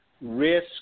risk